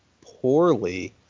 poorly